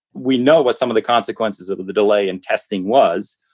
we know what some of the consequences of of the delay in testing was.